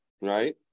Right